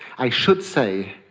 i should say,